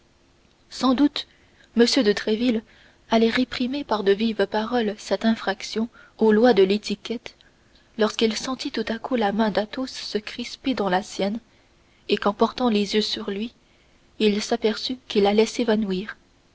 sans doute m de tréville allait réprimer par de vives paroles cette infraction aux lois de l'étiquette lorsqu'il sentit tout à coup la main d'athos se crisper dans la sienne et qu'en portant les yeux sur lui il s'aperçut qu'il allait s'évanouir